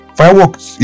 fireworks